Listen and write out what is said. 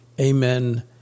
Amen